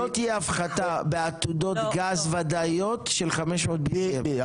לא תהיה הפחתה בעתודות גז ודאיות של BCM500,